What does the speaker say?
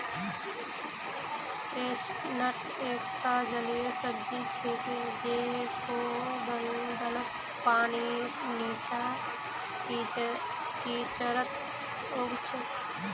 chestnut एकता जलीय सब्जी छिके जेको दलदलत, पानीर नीचा, कीचड़त उग छेक